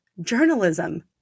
journalism